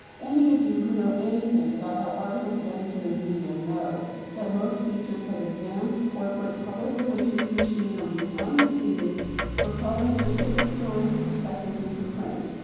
any of you who know anything about how articles get into the media know that most features have advanced corporate public relations machinery behind the scenes propelling specific stories and perspectives into print.